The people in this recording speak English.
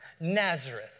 Nazareth